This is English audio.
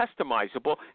customizable